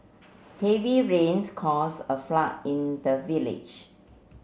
heavy rains caused a flood in the village